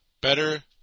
better